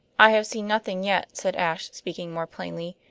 i have seen nothing yet, said ashe, speaking more plainly.